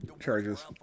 charges